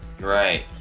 Right